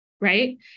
right